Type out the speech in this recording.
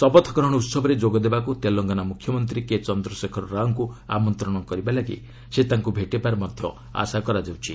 ଶପଥ ଗ୍ରହଣ ଉତ୍ସବରେ ଯୋଗ ଦେବାକୁ ତେଲଙ୍ଗନା ମୁଖ୍ୟମନ୍ତ୍ରୀ କେ ଚନ୍ଦ୍ରଶେଖର ରାଓଙ୍କୁ ଆମନ୍ତ୍ରଣ କରିବା ଲାଗି ସେ ତାଙ୍କୁ ଭେଟିବାର ଆଶା କରାଯାଉଛି